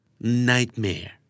Nightmare